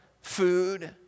food